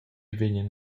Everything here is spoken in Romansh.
vegnan